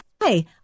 Hi